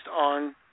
on